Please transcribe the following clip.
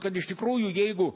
kad iš tikrųjų jeigu